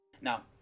Now